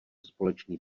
společný